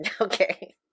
Okay